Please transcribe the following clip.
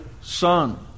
son